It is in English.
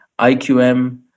IQM